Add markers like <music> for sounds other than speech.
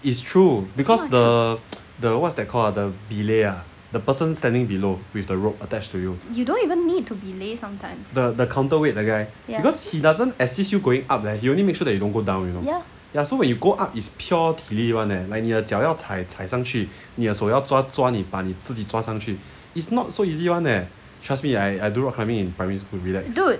it's true because the <noise> the what's that call ah the belay ah the person standing below with the rope attached to you the the counter weight that guy because he doesn't assist you going up leh he only make sure you don't go down you know ya so when you go up is pure 体力你的脚要踩踩上去你的手要抓抓你把你自己抓上去 is not so easy one leh trust me I I do rock climbing in primary school be do it